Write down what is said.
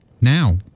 Now